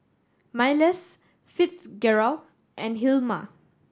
Myles Fitzgerald and Hilma